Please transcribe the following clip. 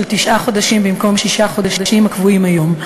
תשעה חודשים במקום שישה חודשים הקבועים היום.